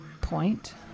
point